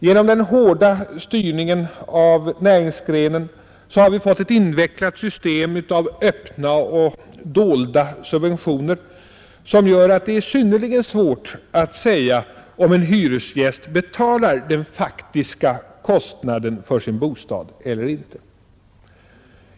Genom den hårda styrningen av näringsgrenen har vi fått ett invecklat system av öppna och dolda subventioner som gör att det är synnerligen svårt att säga om en hyresgäst betalar den faktiska kostnaden för sin bostad eller inte.